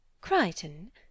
Crichton